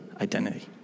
identity